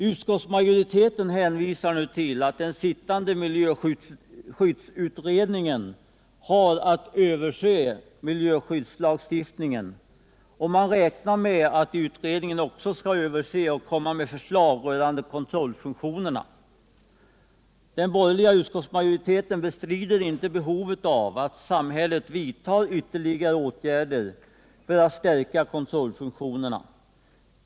Utskottsmajoriteten hänvisar nu till att den sittande miljöskyddsutredningen har att se över miljöskyddslagstiftningen, och man räknar med att utredningen också skall se över och komma med förslag rörande kontrollfunktionerna. Den borgerliga utskottsmajoriteten bestrider inte behovet av att samhället vidtar ytterligare åtgärder för att stärka kontrollfunktionerna.